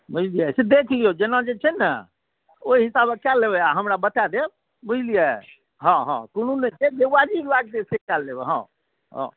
बनि जाइत छै देख लियौ जेना जे छै ने ओहि हिसाबे कए लेबै आ हमरा बताए देब बुझलियै हँ हँ कोनो नहि छै जे वाजिब बात छै से कए लेब हँ हँ